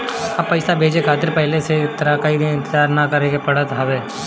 अब पइसा भेजे खातिर पहले की तरह कई दिन इंतजार ना करेके पड़त हवे